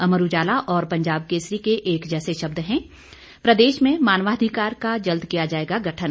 अमर उजाला और पंजाब केसरी के एक जैसे शब्द हैं प्रदेश में मानवाधिकार का जल्द किया जाएगा गठन